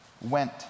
went